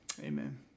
Amen